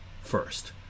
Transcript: first